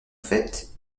faite